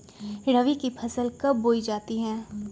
रबी की फसल कब बोई जाती है?